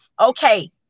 Okay